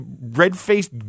red-faced